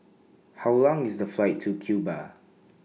How Long IS The Flight to Cuba